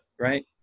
right